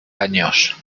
años